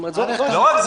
לא רק זה.